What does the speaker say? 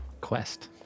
quest